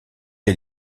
les